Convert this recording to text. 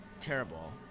Terrible